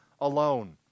alone